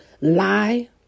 lie